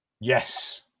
Yes